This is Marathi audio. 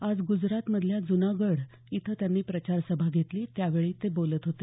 आज ग्जरात मधल्या जुनागढ इथे त्यांनी प्रचारसभा घेतली त्यावेळी ते बोलत होते